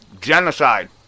Genocide